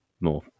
more